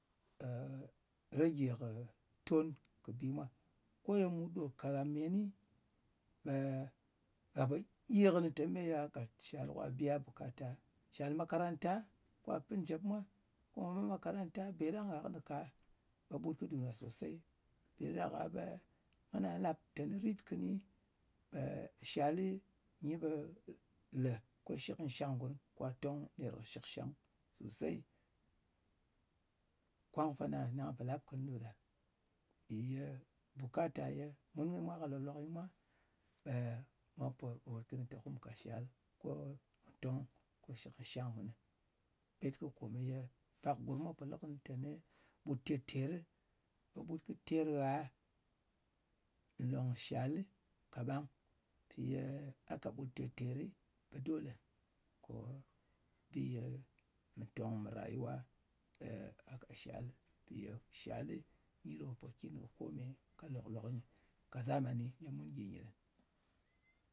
rage kɨ ton kɨ bi mwa. Ko ye mut ɗo kat gha menɨ, ɓe ghà pò gyi kɨnɨ tē me gha kàt ka biya bukata. Shal makaranta ka pi njep mwa, ko mwà met makaranta. Be ɗang gha kɨnɨ ka ɓe ɓut kɨ dùn ngha sòsey. Mpi ɗa ɗak-a ɓe ngana lap teni rit kɨni ɓe, shali, nyi ɓe le ko shɨk nyɨ shang ngurm, kwa tong ner kɨ shɨkshang sosey. Kwang fana nga pò lap kɨni ɗo ɗa. Mpì yē bùkata ye mun kɨ mwa kà lòk-lok nyɨ mwa, ɓe mwa pò ròt kɨnɨ te ko mù kà shal ko mu tong ɓe shɨk kɨ shang mùn. Pyet kɨ kò ye pak gurm mwa pò lɨ kɨnɨ teni ɓut ter-terɨ, nɨ ɓut kɨ ter gha nlòng shalɨ kaɓang. Mpì ye a ka ɓut te-terɨ ɓe dole ko bi ye kɨ tong mɨ rayuwa, a ka shalɨ, mpì ye shali nyi ɗo mpòkin kɨ kome lòlok nyɨ, ka zamani funu,